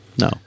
No